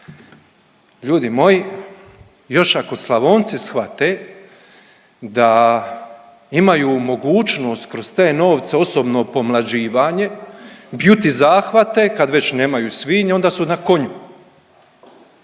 Ljudi moji još ako Slavonci shvate da imaju mogućnost kroz te novce osobno pomlađivanje, beauty zahvate kad već nemaju svinje onda su na konju.